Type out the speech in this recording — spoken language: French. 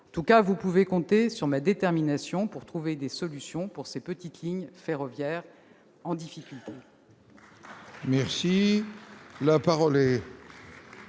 état de cause, vous pouvez compter sur ma détermination à trouver des solutions pour ces petites lignes ferroviaires en difficulté.